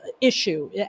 issue